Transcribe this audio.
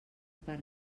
per